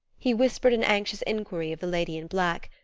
he whispered an anxious inquiry of the lady in black,